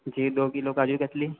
जी दो किलो काजू कतली